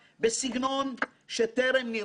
אמרו שנהיה פופוליסטיים,